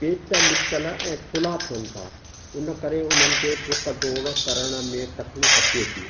पेटु निकितल ऐं थुल्हा थियनि था उन करे हुननि खे डुक डोड़ करण में तकलीफ़ थिए थी